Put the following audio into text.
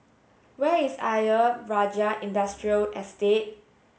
where is Ayer Rajah Industrial